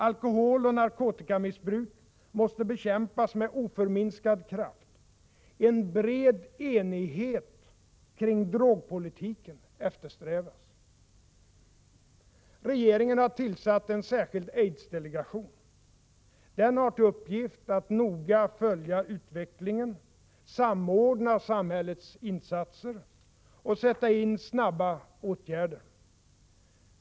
Alkoholoch narkotikamissbruk måste bekämpas med oförminskad kraft. En bred enighet kring drogpolitiken eftersträvas. Regeringen har tillsatt en särskild aidsdelegation. Den har till uppgift att noga följa utvecklingen, samordna samhällets insatser och sätta in snabba åtgärder.